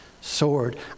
sword